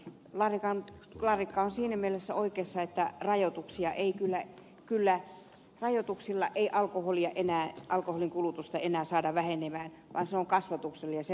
larikka on siinä mielessä oikeassa että rajoituksilla ei alkoholin kulutusta enää saada vähenemään vaan kasvatuksella joka lähtee kodista